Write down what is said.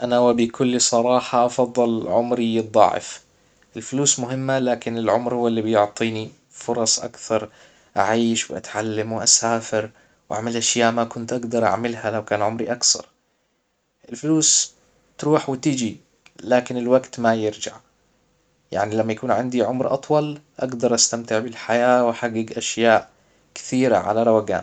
انا وبكل صراحة افضل عمري يتضاعف الفلوس مهمة لكن العمر هو اللي بيعطيني فرص اكثر اعيش واتعلم واسافر واعمل اشياء ما كنت اجدر اعملها لو كان عمري اجصر الفلوس تروح وتيجي لكن الوقت ما يرجع يعنى لما يكون عندي عمر اطول اجدر استمتع بالحياة واحجج اشياء كثيرة على روقان